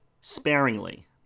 sparingly